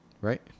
right